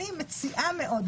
אני מציעה מאוד,